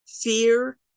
Fear